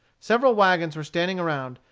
several wagons were standing around,